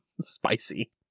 spicy